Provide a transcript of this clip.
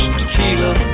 tequila